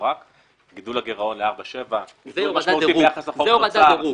גידול הגירעון ל-4.7 --- שהמשמעות של זה זה הורדת דירוג.